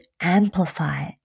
amplify